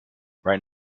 right